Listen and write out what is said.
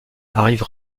arrive